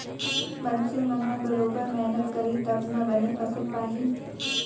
मनसे मन ह बरोबर मेहनत करही तब ना बने फसल पाही